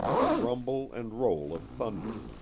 the rumble and roll of thunder.